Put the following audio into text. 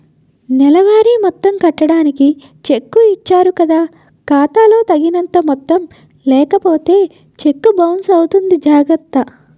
నెలవారీ మొత్తం కట్టడానికి చెక్కు ఇచ్చారు కదా ఖాతా లో తగినంత మొత్తం లేకపోతే చెక్కు బౌన్సు అవుతుంది జాగర్త